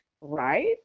right